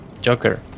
Joker